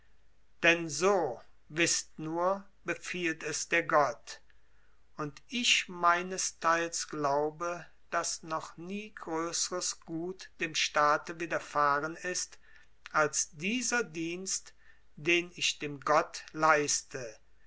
denn so wißt nur befiehlt es der gott und ich meinesteils glaube daß noch nie größeres gut dem staate widerfahren ist als dieser dienst den ich dem gott leiste